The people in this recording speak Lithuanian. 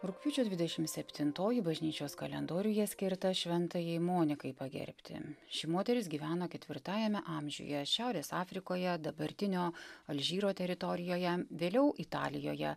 rugpjūčio dvidešimt septintoji bažnyčios kalendoriuje skirta šventajai monikai pagerbti ši moteris gyveno ketvirtajame amžiuje šiaurės afrikoje dabartinio alžyro teritorijoje vėliau italijoje